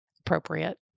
appropriate